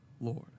Lord